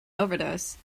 overdose